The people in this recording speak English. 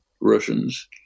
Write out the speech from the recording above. Russians